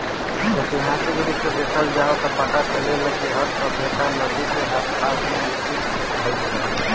ऐतिहासिक रूप से देखल जाव त पता चलेला कि हर सभ्यता नदी के आसपास ही विकसित भईल रहे